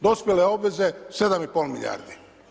Dospjele obveze 7,5 milijardi.